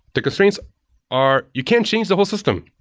the constraints are you can't change the whole system.